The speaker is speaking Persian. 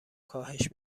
کاهش